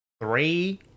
Three